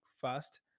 fast